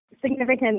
significant